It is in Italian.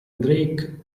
drake